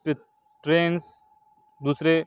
trains دوسرے